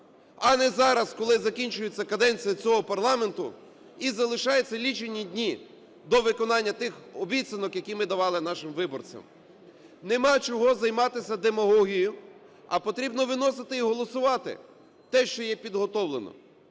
а не зараз, коли закінчується каденція цього парламенту і залишаються лічені дні до виконання тих обіцянок, які ми давали нашим виборцям. Нема чого займатися демагогією, а потрібно виносити і голосувати те, що є підготовлено.